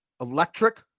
electric